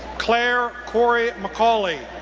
claire coury mccaulley,